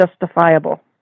justifiable